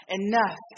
enough